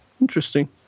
Interesting